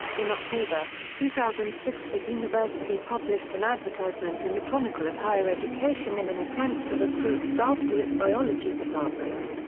in october, two thousand and six the university published an advertisement in the chronicle of higher education in an attempt to recruit staff to its biology department.